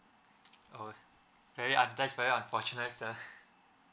oh very very unfortunate sir